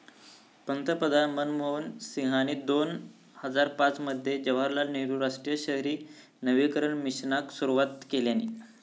पंतप्रधान मनमोहन सिंहानी दोन हजार पाच मध्ये जवाहरलाल नेहरु राष्ट्रीय शहरी नवीकरण मिशनाक सुरवात केल्यानी